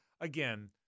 Again